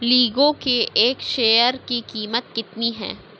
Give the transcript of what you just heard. Lego کے ایک share کی قیمت کتنی ہے